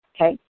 Okay